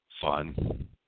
fun